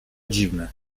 dziwne